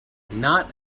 not